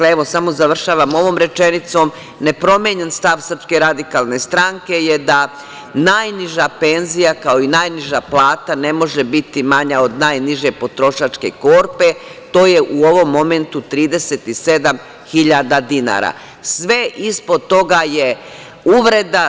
Evo, završavam ovom rečenicom, nepromenjen stav SRS je da najniža penzija, kao i najniža plata, ne može biti manja od najniže potrošačke korpe, to je u ovom momentu 37 hiljada dinara, sve ispod toga je uvreda.